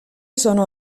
sono